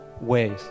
ways